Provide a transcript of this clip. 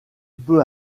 peu